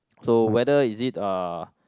so whether is it uh